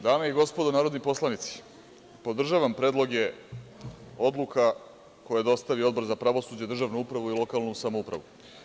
Dame i gospodo narodni poslanici, podržavam predloge odluka koje je dostavio Odbor za pravosuđe, državnu upravu i lokalnu samoupravu.